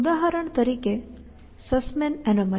ઉદાહરણ તરીકે સસ્મેન એનોમલી